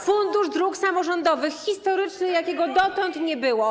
Fundusz Dróg Samorządowych - historyczny, jakiego dotąd nie było.